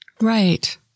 right